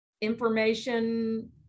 information